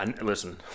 Listen